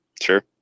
sure